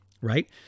Right